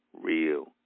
real